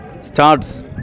starts